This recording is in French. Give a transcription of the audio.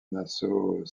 nassau